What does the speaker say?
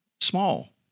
Small